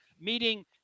meeting